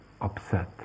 upset